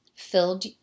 filled